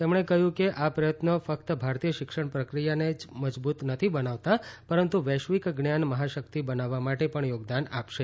તેમણે કહ્યું કે આ પ્રથત્નો ફક્ત ભારતીય શિક્ષણ પ્રક્રિયાને જ મજબૂત નથી બનાવતાં પરંતુ વૈશ્વિક જ્ઞાન મહાશક્તિ બનાવવા માટે પણ યોગદાન આપશે